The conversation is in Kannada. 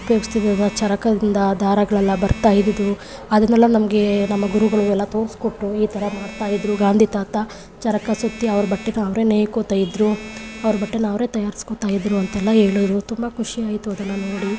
ಉಪಯೋಗಿಸ್ತಿದ್ದ ಚರಕದಿಂದ ದಾರಗಳೆಲ್ಲ ಬರ್ತಾಯಿದ್ದಿದ್ದೂ ಅದನ್ನೆಲ್ಲ ನಮಗೆ ನಮ್ಮ ಗುರುಗಳು ಎಲ್ಲ ತೋರಿಸ್ಕೊಟ್ರು ಈ ಥರ ಮಾಡ್ತಾಯಿದ್ರು ಗಾಂಧಿ ತಾತ ಚರಕ ಸುತ್ತಿ ಅವ್ರ ಬಟ್ಟೆನ ಅವರೇ ನೇಯ್ಕೊಳ್ತಾ ಇದ್ದರು ಅವ್ರ ಬಟ್ಟೆನ ಅವರೇ ತಯಾರ್ಸ್ಕೊಳ್ತಾ ಇದ್ದರು ಅಂತೆಲ್ಲ ಹೇಳಿದ್ರು ತುಂಬ ಖುಷಿಯಾಯಿತು ಅದೆಲ್ಲ ನೋಡಿ